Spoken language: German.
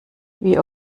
wie